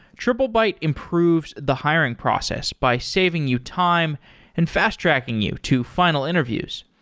triplebyte improves the hiring process by saving you time and fast-tracking you to final interviews.